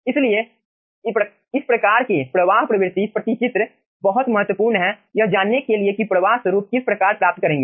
इसलिए इस प्रकार के प्रवाह प्रवृत्ति प्रतिचित्र बहुत महत्वपूर्ण हैं यह जानने के लिए कि प्रवाह स्वरूप किस प्रकार प्राप्त करेंगे